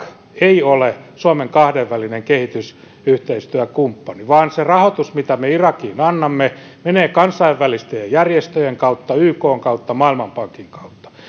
ei ole suomen kahdenvälinen kehitysyhteistyökumppani vaan se rahoitus mitä me irakiin annamme menee kansainvälisten järjestöjen kautta ykn kautta maailmanpankin kautta